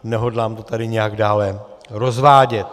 Nehodlám to tady nijak dále rozvádět.